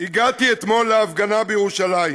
"הגעתי אתמול להפגנה בירושלים